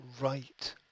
right